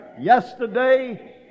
yesterday